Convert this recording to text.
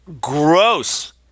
gross